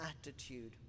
attitude